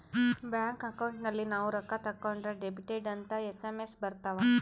bank account ಅಲ್ಲಿ ನಾವ್ ರೊಕ್ಕ ತಕ್ಕೊಂದ್ರ ಡೆಬಿಟೆಡ್ ಅಂತ ಎಸ್.ಎಮ್.ಎಸ್ ಬರತವ